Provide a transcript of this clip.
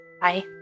Bye